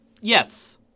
Yes